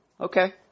Okay